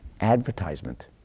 advertisement